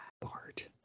Bart